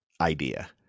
idea